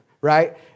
right